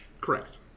Correct